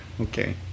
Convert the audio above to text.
Okay